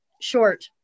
short